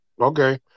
Okay